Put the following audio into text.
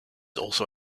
also